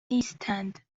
نیستند